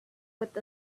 with